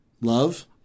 love